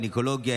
גינקולוגיה,